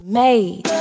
made